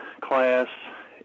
class